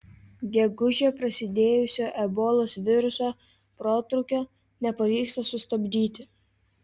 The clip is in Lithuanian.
gegužę prasidėjusio ebolos viruso protrūkio nepavyksta sustabdyti